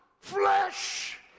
flesh